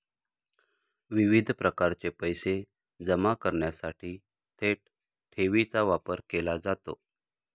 विविध प्रकारचे पैसे जमा करण्यासाठी थेट ठेवीचा वापर केला जातो